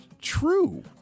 true